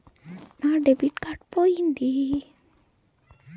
నా debit card పోయింది